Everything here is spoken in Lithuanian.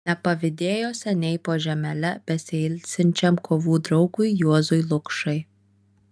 nepavydėjo seniai po žemele besiilsinčiam kovų draugui juozui lukšai